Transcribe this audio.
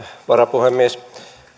varapuhemies